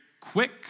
quick